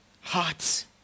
hearts